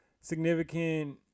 significant